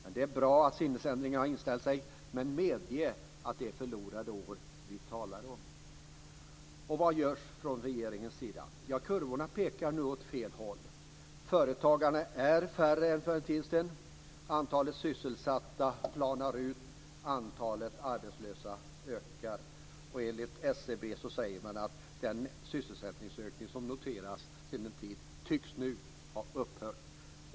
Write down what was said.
Det är bra att sinnesändringen har inställt sig, men medge att det är förlorade år vi talar om. Vad görs från regeringens sida? Kurvorna pekar nu åt fel håll. Företagarna är färre än för en tid sedan. Antalet sysselsatta planar ut, antalet arbetslösa ökar. Enligt SCB tycks den sysselsättningsökning som noterats sedan en tid nu ha upphört.